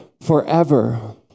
forever